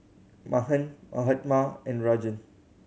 Mahan Mahatma and Rajan